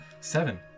Seven